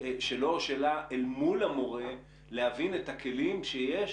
שלו או שלה אל מול המורה להבין את הכלים שיש